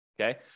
okay